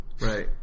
Right